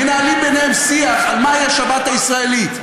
מנהלים ביניהם שיח על מהי השבת הישראלית.